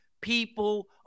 people